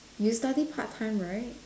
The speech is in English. you study part time right